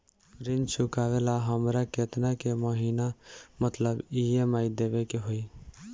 ऋण चुकावेला हमरा केतना के महीना मतलब ई.एम.आई देवे के होई?